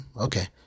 Okay